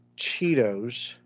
Cheetos